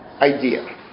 idea